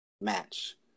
match